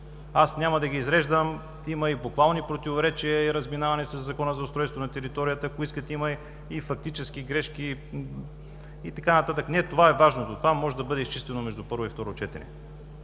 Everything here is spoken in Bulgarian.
Аз няма да ги изреждам, но има буквални противоречия и разминаване със Закона за устройството на територията. Ако искате, има и фактически грешки, и така нататък. Не това е важното, това може да бъде изчистено между първо и второ четене.